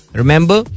remember